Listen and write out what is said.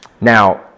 Now